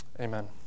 Amen